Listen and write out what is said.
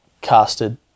casted